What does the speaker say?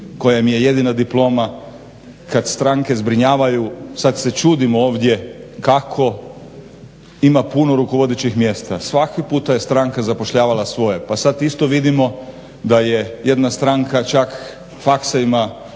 koja im jedina diploma kad stranke zbrinjavaju sad se čudimo ovdje kako ima puno rukovodećih mjesta. Svaki puta je stranka zapošljavala svoje. Pa sad isto vidimo da je jedna stranka čak faksovima